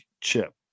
chip